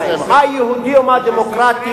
מה יהודי ומה דמוקרטי,